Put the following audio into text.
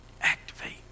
Activate